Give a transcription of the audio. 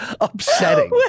upsetting